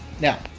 Now